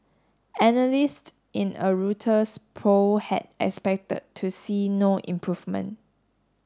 analyst in a Reuters poll had expected to see no improvement